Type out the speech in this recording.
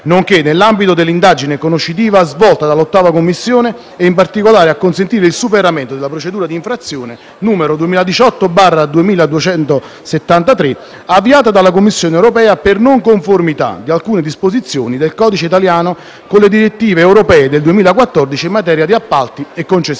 nonché nell'ambito dell'indagine conoscitiva svolta dall'8a Commissione, e in parte a consentire il superamento della procedura d'infrazione n. 2018/2273, avviata dalla Commissione europea per non conformità di alcune disposizioni del codice italiano con le direttive europee del 2014 in materia di appalti e concessioni.